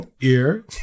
ear